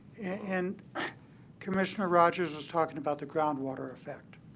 and commissioner rodgers was talking about the groundwater effect.